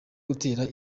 gutera